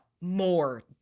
more